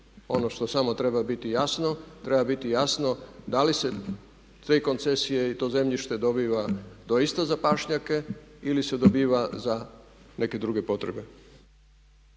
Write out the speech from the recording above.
Ono što samo treba biti jasno, treba biti jasno da li se te koncesije i to zemljišta dobiva doista za pašnjake ili se dobiva za neke druge potrebe.